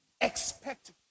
Expect